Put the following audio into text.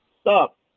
Stop